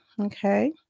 Okay